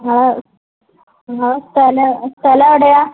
ആ നിങ്ങളുടെ സ്ഥലം സ്ഥലം എവിടെയാണ്